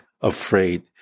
afraid